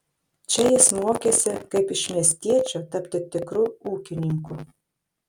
čia jis mokėsi kaip iš miestiečio tapti tikru ūkininku